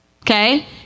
Okay